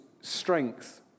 strength